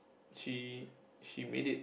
she she made it